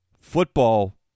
football